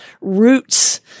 roots